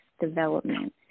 development